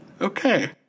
Okay